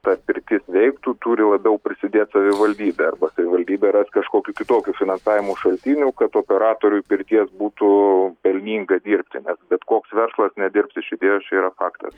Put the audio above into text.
ta pirtis veiktų turi labiau prisidėt savivaldybė arba savivaldybė rast kažkokių kitokių finansavimo šaltinių kad operatoriui pirties būtų pelninga dirbti nes bet koks verslas nedirbs iš idėjos čia yra faktas